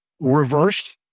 reversed